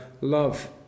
love